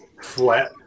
Flat